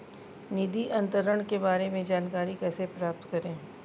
निधि अंतरण के बारे में जानकारी कैसे प्राप्त करें?